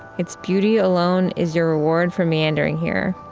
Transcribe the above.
its beauty alone is your reward for meandering here.